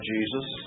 Jesus